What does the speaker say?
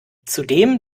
zudem